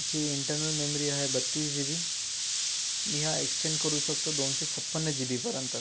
याची internal memory आहे बत्तीस जी बी मी हा एक्सटेन्ड करू शकतो दोनशे छपन्न जी बीपर्यंत